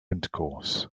intercourse